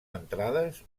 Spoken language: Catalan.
entrades